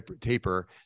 taper